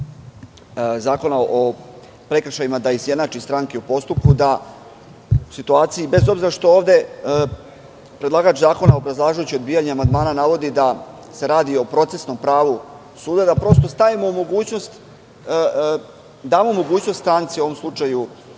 Zakona o prekrašajima da izjednači stranke u postupku, da u situaciji, bez obzira što ovde predlagač zakona, obrazlažući odbijanje amandmana, navodi da se radi o procesnom pravu suda, da prosto damo mogućnost stranci, u ovom slučaju